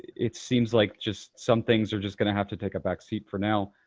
it seems like just some things are just going to have to take a backseat for now.